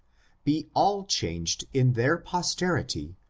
be all changed in their pos terity,